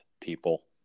people